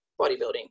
bodybuilding